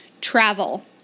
travel